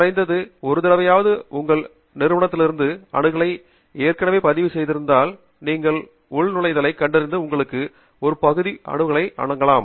குறைந்தது ஒரு தடவையாவது உங்கள் நிறுவனத்திலிருந்தே அணுகலை ஏற்கனவே பதிவு செய்திருந்தால் நீங்கள் உள்நுழைந்துள்ளதைக் கண்டறிந்து உங்களுக்கு ஒரு பகுதி அணுகலை வழங்கலாம்